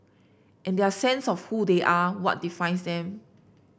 and their sense of who they are what defines them